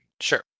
Sure